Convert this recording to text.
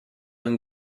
and